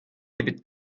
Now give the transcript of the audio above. ebet